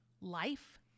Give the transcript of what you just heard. life